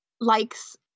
likes